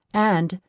and,